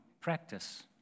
practice